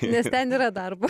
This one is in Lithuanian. nes ten yra darbo